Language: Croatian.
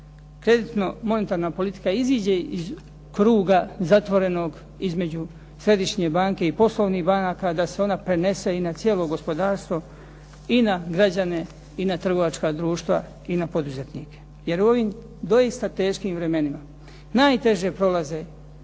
kreditno-monetarna politika iziđe iz kruga zatvorenog između Središnje banke i poslovnih banaka, da se ona prenese i na cijelo gospodarstvo i na građane i na trgovačka društva i na poduzetnike. Jer u ovim doista teškim vremenima najteže prolazi